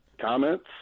comments